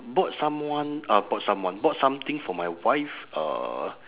bought someone uh bought someone bought something for my wife uh